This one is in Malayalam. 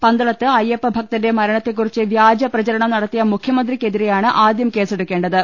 പന്തളത്ത് അയ്യപ്പഭക്തന്റെ മരണത്തെക്കുറിച്ച് വ്യാജപ്രചരണം നടത്തിയ മുഖ്യമന്ത്രിക്കെതിരെയാണ് ആദ്യം കേസെടുക്കേണ്ടത്